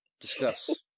Discuss